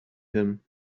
him